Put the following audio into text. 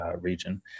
region